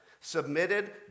submitted